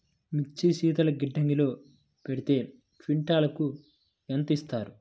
మిర్చి శీతల గిడ్డంగిలో పెడితే క్వింటాలుకు ఎంత ఇస్తారు?